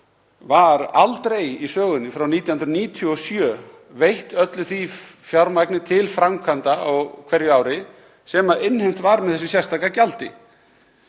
var aldrei í sögunni frá 1997 allt það fjármagn veitt til framkvæmda á hverju ári sem innheimt var með þessu sérstaka gjaldi.